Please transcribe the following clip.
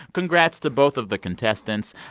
congrats to both of the contestants.